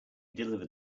delivered